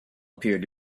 appeared